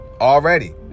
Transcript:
already